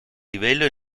livello